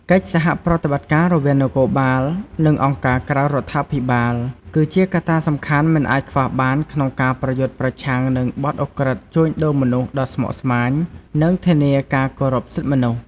កិច្ចសហប្រតិបត្តិការរវាងនគរបាល និងអង្គការក្រៅរដ្ឋាភិបាល (NGOs) គឺជាកត្តាសំខាន់មិនអាចខ្វះបានក្នុងការប្រយុទ្ធប្រឆាំងនឹងបទឧក្រិដ្ឋជួញដូរមនុស្សដ៏ស្មុគស្មាញ និងធានាការគោរពសិទ្ធិមនុស្ស។